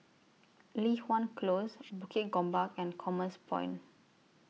Li Hwan Close Bukit Gombak and Commerce Point